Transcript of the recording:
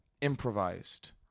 improvised